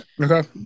okay